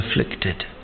afflicted